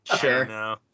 sure